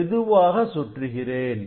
மெதுவாக சுற்றுகிறேன்